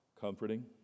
comforting